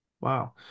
Wow